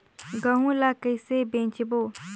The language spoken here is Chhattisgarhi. गहूं ला कइसे बेचबो?